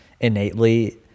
innately